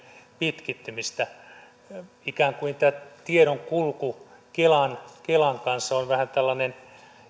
pitkittymistä tämä tiedonkulku kelan kelan kanssa on vähän tällainen